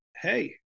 hey